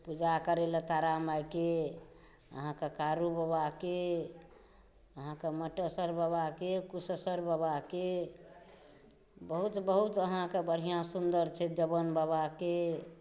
पूजा करै लए तारा माइके अहाँकेॅं कारू बाबाके अहाँकेॅं मटेश्वर बाबाके कुशेश्वर बाबाके बहुत बहुत अहाँकेॅं बढ़िआ सुन्दर छै देबन बाबाके